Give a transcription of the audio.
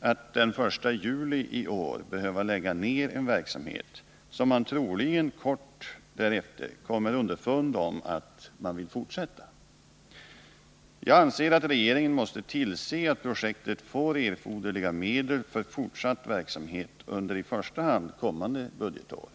att den 1 juli i år behöva lägga ned en verksamhet, när man troligen kort därefter kommer underfund med att man vill fortsätta den. Jag anser att regeringen måste tillse att projektet får erforderliga medel för fortsatt verksamhet under i första hand kommande budgetår.